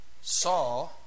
saw